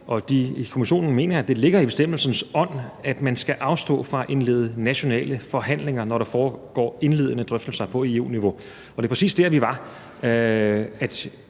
Kommissionen mener, at det ligger i bestemmelsens ånd, at man skal afstå fra at indlede nationale forhandlinger, når der foregår indledende drøftelser på EU-niveau. Det er præcis der, vi var.